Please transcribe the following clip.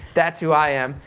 that's who i am,